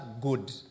good